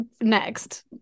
next